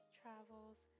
travels